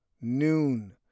noon